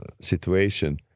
situation